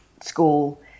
school